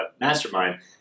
mastermind